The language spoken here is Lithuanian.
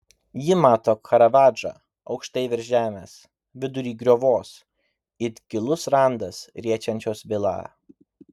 ji mato karavadžą aukštai virš žemės vidury griovos it gilus randas riečiančios vilą